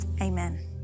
Amen